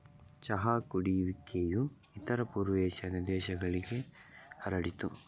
ಚಹಾ ಕುಡಿಯುವಿಕೆಯು ಇತರ ಪೂರ್ವ ಏಷ್ಯಾದ ದೇಶಗಳಿಗೆ ಹರಡಿತು